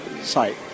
site